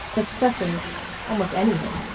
expressing almost anything.